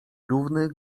równy